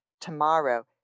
tomorrow